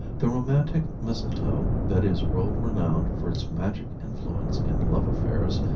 the romantic mistletoe that is world renowned for its magic influence in love affairs,